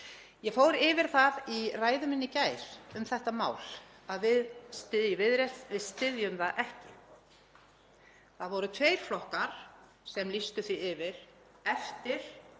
Ég fór yfir það í ræðu minni í gær um þetta mál að við í Viðreisn styðjum það ekki. Það voru tveir flokkar sem lýstu því yfir eftir